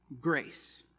grace